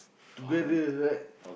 together right